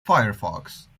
firefox